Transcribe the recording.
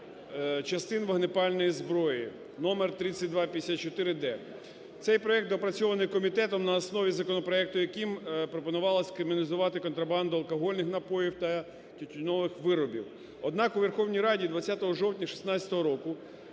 частин вогнепальної зброї) (№3254-д). Цей проект доопрацьований комітетом на основі законопроекту, яким пропонувалося криміналізувати контрабанду алкогольних напоїв та тютюнових виробів. Однак у Верховній Раді 20 жовтня 2016 року